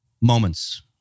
moments